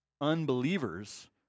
unbelievers